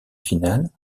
final